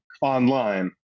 online